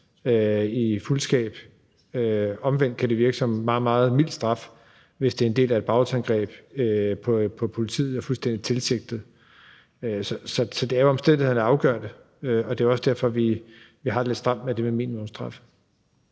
i fuldskab. Omvendt kan det virke som en meget, meget mild straf, hvis det er en del af et bagholdsangreb på politiet og er fuldstændig tilsigtet. Så det er jo omstændighederne, der afgør det. Og det er også derfor, vi har det lidt stramt med det med minimumsstraffe.